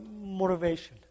motivation